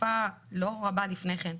תקופה לא רבה לפני כן.